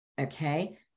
Okay